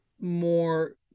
more